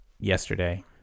yesterday